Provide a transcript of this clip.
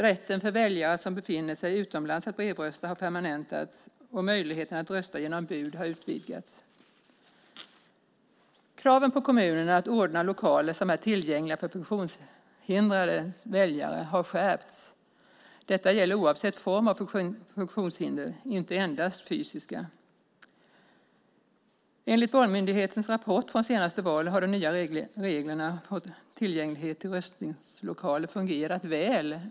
Rätten för väljare som befinner sig utomlands att brevrösta har permanentats, och möjligheterna att rösta genom bud har utvidgats. Kraven på kommunerna att ordna lokaler som är tillgängliga för funktionshindrade väljare har skärpts. Detta gäller oavsett form av funktionshinder, inte endast fysiska. Enligt Valmyndighetens rapport från det senaste valet har de nya reglerna för tillgänglighet till röstningslokaler fungerat väl.